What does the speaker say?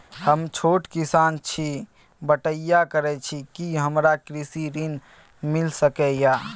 हम छोट किसान छी, बटईया करे छी कि हमरा कृषि ऋण मिल सके या?